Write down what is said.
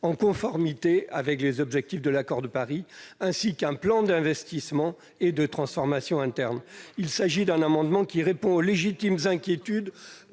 en conformité avec les objectifs de l'accord de Paris, ainsi qu'un plan d'investissement et de transformation interne. Il s'agit de répondre aux légitimes inquiétudes